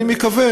אני מקווה